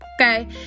okay